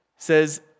Says